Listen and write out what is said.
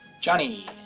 Johnny